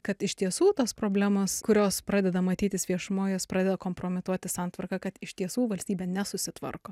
kad iš tiesų tos problemos kurios pradeda matytis viešumoj jos pradeda kompromituoti santvarką kad iš tiesų valstybė nesusitvarko